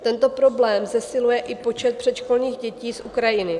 Tento problém zesiluje i počet předškolních dětí z Ukrajiny.